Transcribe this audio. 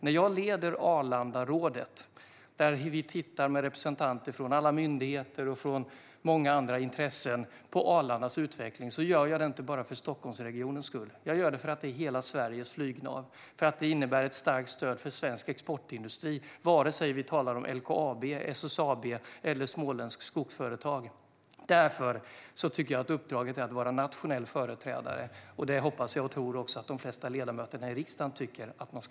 När jag leder Arlandarådet, där representanter från alla myndigheter och från många andra intressen tittar på Arlandas utveckling, gör jag det inte bara för Stockholmsregionens skull. Jag gör det för att Arlanda är hela Sveriges flygnav och för att det innebär ett starkt stöd för svensk exportindustri, vare sig vi talar om LKAB, SSAB eller småländska skogsföretag. Därför tycker jag att uppdraget är att vara nationell företrädare. Jag hoppas och tror att de flesta ledamöterna i riksdagen också tycker så.